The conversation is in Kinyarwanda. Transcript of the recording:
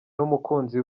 n’umukunzi